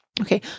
okay